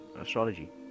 Astrology